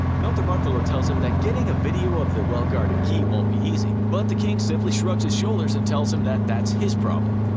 notarbartolo tells him that getting ah video of the well-guarded key won't be easy, but the king simply shrugs his shoulders and tells him that that's his problem.